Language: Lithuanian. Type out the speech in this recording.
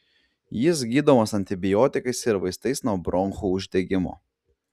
jis gydomas antibiotikais ir vaistais nuo bronchų uždegimo